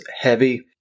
heavy